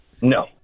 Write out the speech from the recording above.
No